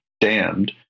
damned